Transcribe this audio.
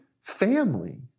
family